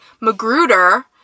Magruder